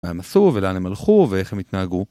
מה הם עשו ולאן הם הלכו ואיך הם התנהגו